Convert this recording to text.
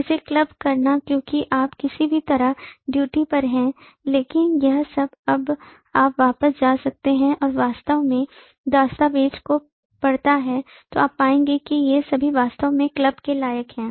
इसे क्लब करना क्योंकि आप किसी भी तरह ड्यूटी पर हैं लेकिन यह सब अब आप वापस जा सकते हैं और वास्तव में दस्तावेज़ को पढ़ता है तो आप पाएंगे कि ये सभी वास्तव में क्लब के लायक हैं